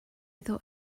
thought